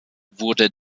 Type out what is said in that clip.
wurde